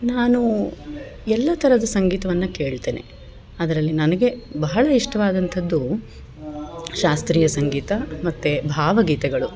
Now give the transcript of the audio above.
ನಾನು ಎಲ್ಲ ಥರದ ಸಂಗೀತವನ್ನು ಕೇಳ್ತೇನೆ ಅದರಲ್ಲಿ ನನಗೆ ಬಹಳ ಇಷ್ಟವಾದಂಥದ್ದು ಶಾಸ್ತ್ರೀಯ ಸಂಗೀತ ಮತ್ತು ಭಾವಗೀತೆಗಳು